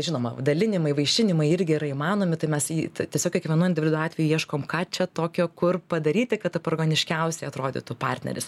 žinoma dalinimai vaišinimai irgi yra įmanomi tai mes į tiesiog kiekvienu individu atveju ieškom ką čia tokio kur padaryti kad tap organiškiausiai atrodytų partneris